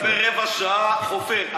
אני מדבר רבע שעה, חופר.